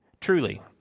Truly